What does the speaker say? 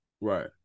Right